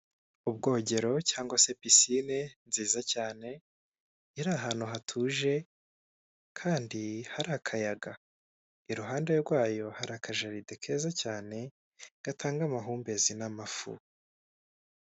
Ubwogero cyangwa se pisine nziza cyane iri ahantu hatuje kandi hari akayaga, iruhande rwayo hari akajaride keza cyane gatanga amahumbezi n'amafu.